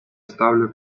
ставлю